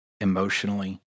emotionally